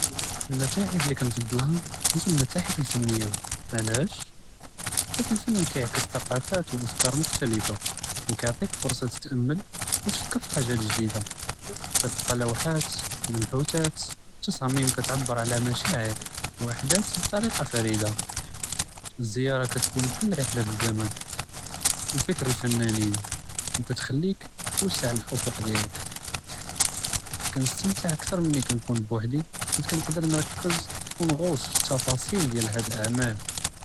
אלמתאחף ללי כאן פדלהא היא אלמתאחף אלפניה، מע אלעלם، חית אלפן יעקס אלת'קאפאת ואפכאר מכתלפה، אוא יעטיכ פורסה תתאמל ותפכּר פי חאג'את ג'דידה، כתלקא לוהאת, מנחואתאת, תצאמימ כתעבר עלא משאער וחדאת בטריקה פרידה, אלזיארה כתכון בחאל רח'לה פי א־לזמן אוא פכר אלפנאנין، אוא כאתכליכ תוסע אלאפק דיאלק، כנסתמתע כתר מאילי כאןכון בוחדי חית כאןקדּר נרכז ונע'וצ פי א־לתפסיל דיאל הד'ה אלאעמאל.